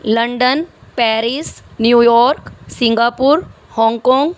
London Paris New York Singapore Hong Kong